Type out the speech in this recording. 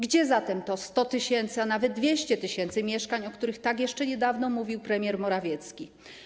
Gdzie zatem te 100 tys., a nawet 200 tys. mieszkań, o których tak jeszcze niedawno mówił premier Morawiecki?